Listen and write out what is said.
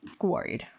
Worried